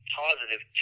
positive